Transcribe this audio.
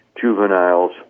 juveniles